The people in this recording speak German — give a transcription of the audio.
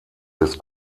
des